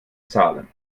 zahlen